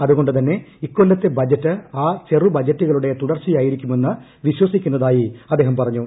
അതുകൊണ്ടുതന്നെ ഇക്കൊല്ലത്തെ ബജറ്റ് ആ ചെറുബജറ്റുകളുടെ തുടർച്ചയായിരിക്കുമെന്ന് വിശ്വസിക്കുന്നതായി അദ്ദേഹം പറഞ്ഞു